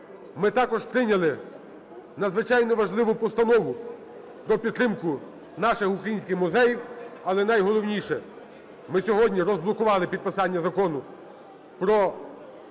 ми також прийняли надзвичайно важливу постанову про підтримку наших українських музеїв. Але, найголовніше, ми сьогодні розблокували підписання Закону про